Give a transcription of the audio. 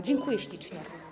Dziękuję ślicznie.